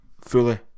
fully